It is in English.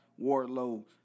Wardlow